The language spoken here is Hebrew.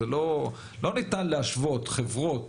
לא ניתן להשוות חברות